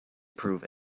prove